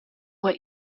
what